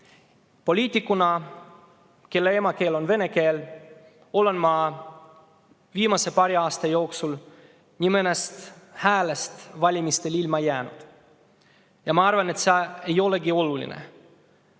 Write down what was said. poliitikuna, kelle emakeel on vene keel, olen ma viimase paari aasta jooksul nii mõnestki häälest valimistel ilma jäänud. Aga ma arvan, et see ei olegi oluline,